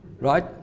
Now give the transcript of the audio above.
right